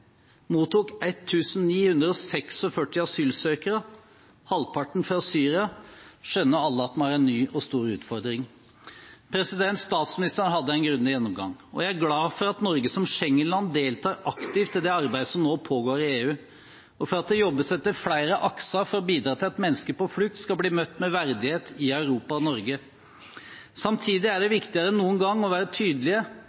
mottok 1 946 asylsøkere, halvparten fra Syria, skjønner alle at vi har en ny og stor utfordring. Statsministeren hadde en grundig gjennomgang, og jeg er glad for at Norge som Schengen-land deltar aktivt i det arbeidet som nå pågår i EU, og for at det jobbes etter flere akser for å bidra til at mennesker på flukt skal bli møtt med verdighet i Europa og Norge. Samtidig er det viktigere enn noen gang å være tydelige